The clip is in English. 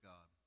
God